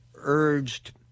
urged